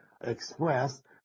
expressed